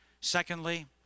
Secondly